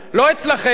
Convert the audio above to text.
לא אצלכם,